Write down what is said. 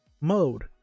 mode